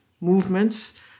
movements